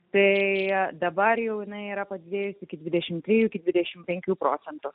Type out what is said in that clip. spėja dabar jau jinai yra padidėjusi iki dvidešim iki dvidešimt penkių procentų